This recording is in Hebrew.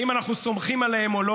אם אנחנו סומכים עליהם או לא.